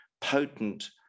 potent